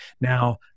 Now